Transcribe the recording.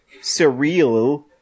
surreal